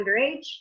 underage